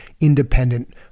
independent